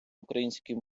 українській